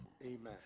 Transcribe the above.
Amen